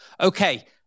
Okay